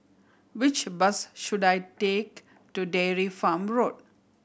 which bus should I take to Dairy Farm Road